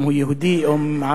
אם הוא יהודי או ערבי,